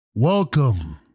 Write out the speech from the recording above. Welcome